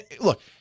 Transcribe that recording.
Look